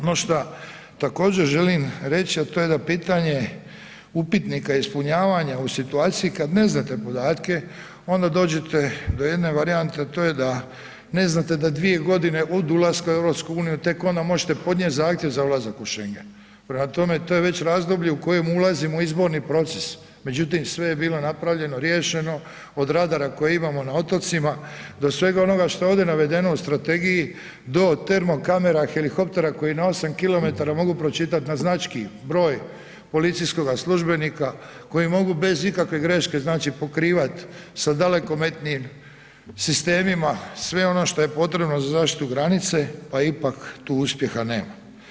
Ono šta također želim reći, a to je da pitanje upitnika ispunjavanja u situaciji kad ne znate podatke onda dođete do jedne varijante, to je da ne znate da dvije godine od ulaska u EU tek onda možete podnijeti zahtjev za ulazak u šengen, prema tome to je već razdoblje u kojemu ulazimo u izborni proces, međutim, sve je bilo napravljeno, riješeno, od radara koje imamo na otocima do svega onoga što je ovdje navedeno u strategiji do termokamera, helikoptera koji na 8 km mogu pročitat na znački broj policijskog službenika, koji mogu bez ikakve greške, znači pokrivat sa dalekometnim sistemima sve ono što je potrebno za zaštitu granice, pa ipak tu uspjeha nema.